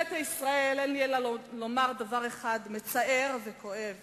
אין לי אלא לומר דבר אחד: מצער וכואב